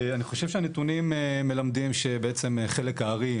אני חושב שהנתונים מלמדים שבעצם החלק הארי,